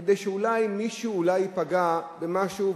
כדי שאולי אם מישהו ייפגע במשהו,